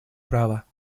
права